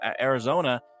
Arizona